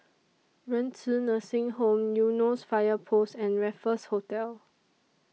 Renci Nursing Home Eunos Fire Post and Raffles Hotel